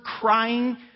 crying